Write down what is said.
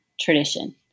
tradition